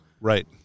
right